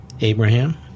Abraham